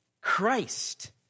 Christ